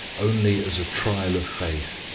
only as a trial of faith,